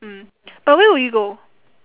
mm but where would you go